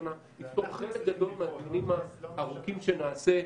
שנה ולפטור חלק גדול מהדיונים הארוכים שנעשה.